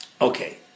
Okay